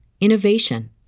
innovation